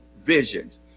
visions